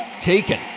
taken